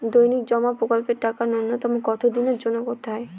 দৈনিক জমা প্রকল্পের টাকা নূন্যতম কত দিনের জন্য করতে হয়?